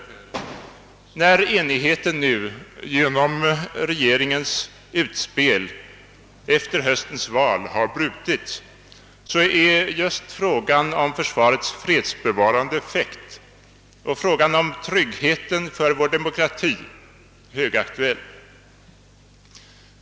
När enigheten nu genom regeringens utspel efter höstens val har brutits, så är just frågan om försvarets fredsbevarande effekt och frågan om tryggheten för vår demokrati högaktuel la.